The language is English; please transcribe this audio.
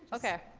okay,